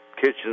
kitchen